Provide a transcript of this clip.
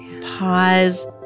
Pause